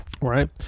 right